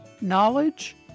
knowledge